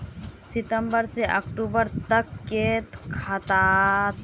सितम्बर से अक्टूबर तक के खाता?